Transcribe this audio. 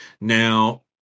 Now